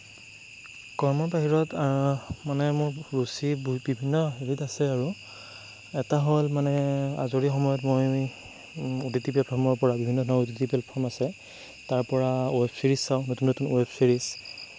কৰ্মৰ বাহিৰত মানে মোৰ ৰুচি বিভিন্ন হেৰিত আছে আৰু এটা হ'ল মানে আজৰি সময়ত মই অ'টিটি প্লেটফৰ্মৰ পৰা বিভিন্ন ধৰণৰ অ'টিটি প্লেটফৰ্ম আছে তাৰ পৰা ৱেব ছিৰিজ চাওঁ নতুন নতুন ৱেব ছিৰিজ